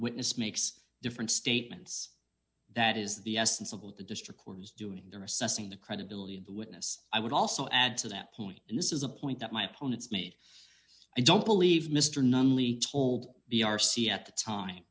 witness makes different statements that is the essence of the district court is doing they're assessing the credibility of the witness i would also add to that point and this is a point that my opponents made i don't believe mr nunley told b r c at the time